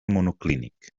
monoclínic